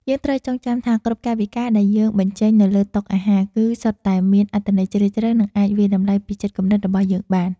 យើងត្រូវចងចាំថាគ្រប់កាយវិការដែលយើងបញ្ចេញនៅលើតុអាហារ គឺ សុទ្ធតែមានអត្ថន័យជ្រាលជ្រៅនិងអាចវាយតម្លៃពីចិត្តគំនិតរបស់យើងបាន។